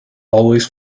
always